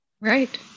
Right